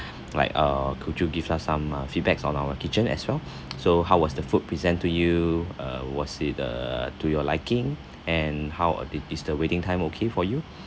like uh could you give us some uh feedbacks on our kitchen as well so how was the food present to you uh was it the to your liking and how uh thi~ is the waiting time okay for you